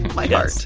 my heart